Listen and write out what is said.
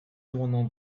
tournon